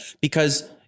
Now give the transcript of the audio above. because-